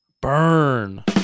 Burn